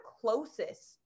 closest